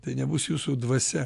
tai nebus jūsų dvasia